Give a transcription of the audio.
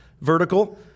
vertical